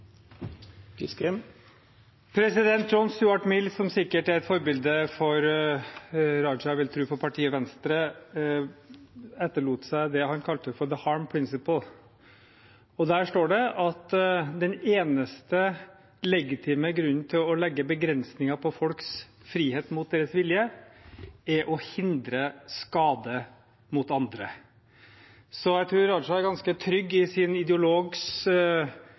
som sikkert er et forbilde for statsråd Raja, og jeg vil tro for partiet Venstre, etterlot seg det han kalte for «the harm principle». Der står det at den eneste legitime grunnen til å legge begrensninger på folks frihet mot deres vilje er å hindre skade mot andre. Så jeg tror statsråd Raja er ganske trygg i sin ideologs